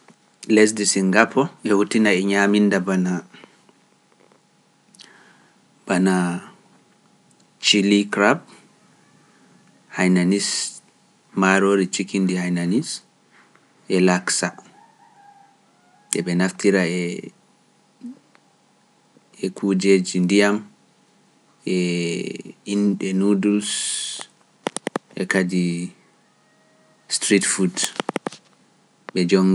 Lesde Sinngapoor e huutina e ñaaminnda bana, bana chili crab, haaynaniss, maaroori chicken ndi haaynaniss e laksa e ɓe naftira e kuujeeji ndiyam e inɗe noodles e kadi street food, ɓe njonnga